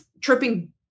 tripping